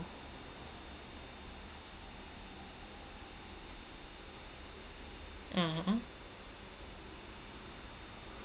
ah ah